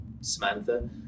Samantha